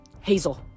Hazel